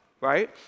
right